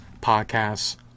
podcasts